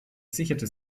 sicherte